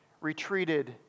retreated